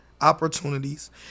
opportunities